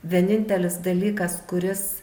vienintelis dalykas kuris